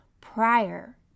prior